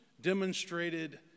demonstrated